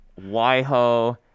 Waiho